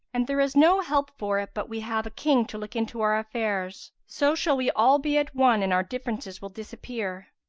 and there is no help for it but we have a king to look into our affairs so shall we all be at one and our differences will disappear.